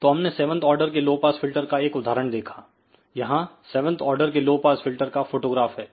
तो हमने 7th order के लो पास फिल्टर का एक उदाहरण देखा यहां 7th ऑर्डर के लो पास फिल्टर का फोटोग्राफ है